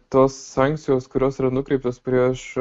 tos sankcijos kurios yra nukreiptos prieš